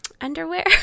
underwear